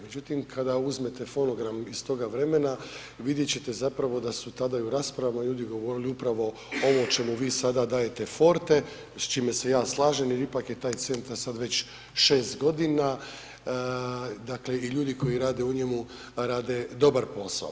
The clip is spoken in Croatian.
Međutim, kad uzmete fonogram iz toga vremena vidjet ćete zapravo da su tada i u rasprava ljudi govorili upravo ovo o čemu vi sada dajete forte i s čime se ja slažem jer ipak je taj centar sad već 6 godina, dakle i ljudi koji rade u njemu rade dobar posao.